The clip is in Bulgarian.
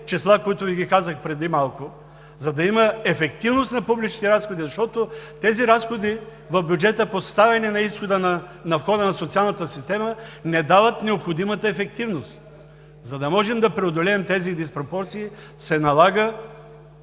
които Ви казах преди малко, за да има ефективност на публичните разходи, защото тези разходи в бюджета, поставени на изхода и на входа на социалната система, не дават необходимата ефективност. За да можем да преодолеем тези диспропорции, се налага